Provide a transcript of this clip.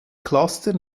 cluster